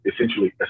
essentially